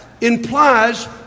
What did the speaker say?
implies